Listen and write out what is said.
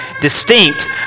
distinct